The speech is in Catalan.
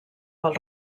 pel